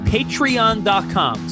Patreon.com